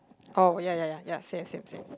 oh ya ya ya ya same same same